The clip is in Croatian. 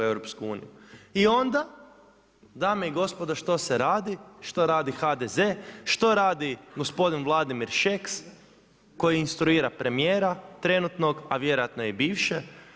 I onda dame i gospodo što se radi, što radi HDZ, što radi gospodin Vladimir Šeks koji instruira premijera trenutnog a vjerojatno i bivše?